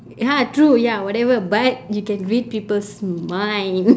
ya true ya whatever but you can read people's mind